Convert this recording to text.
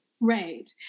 Right